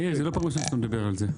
מאיר, זאת לא פעם ראשונה שאתה מדבר על זה.